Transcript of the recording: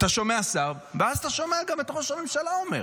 אתה שומע שר, ואז אתה שומע גם את ראש הממשלה אומר.